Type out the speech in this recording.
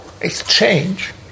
exchange